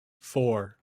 four